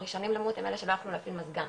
הראשונים למות הם אלה שלא יכלו לשים מזגן.